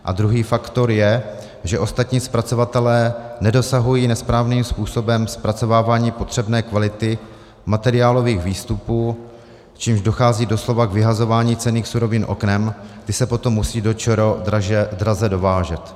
A druhý faktor je, že ostatní zpracovatelé nedosahují nesprávným způsobem zpracovávání potřebné kvality materiálových výstupů, čímž dochází doslova k vyhazování cenných surovin oknem, kdy se potom musí do ČR draze dovážet.